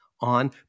on